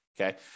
okay